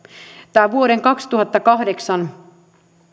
tämä vuoden kaksituhattakahdeksan